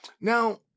Now